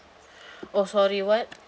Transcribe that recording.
oh sorry what